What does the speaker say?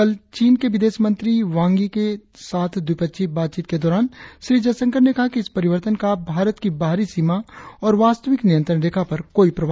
कल चिण के विदेशमंत्री वांग यी से द्वीपक्षीय बातचीत के दौरान श्री जयशंकर ने कहा कि इस परिवर्तन का भारत की बाहरी सीमा और वास्तविक नियंत्रण रेखा पर कोई प्रभाव नहीं पड़ेगा